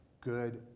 good